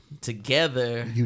Together